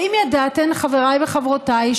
האם ידעתם חבריי וחברותיי,